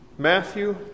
Matthew